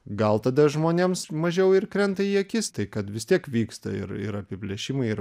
gal tada žmonėms mažiau ir krenta į akis tai kad vis tiek vyksta ir ir apiplėšimai ir